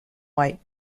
white